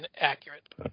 accurate